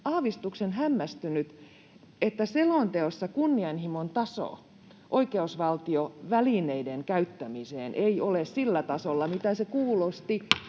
aavistuksen hämmästynyt, että selonteossa kunnianhimo oikeusvaltiovälineiden käyttämiseen ei ole sillä tasolla, miltä se kuulosti